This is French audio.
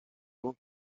loin